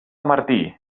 martí